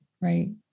right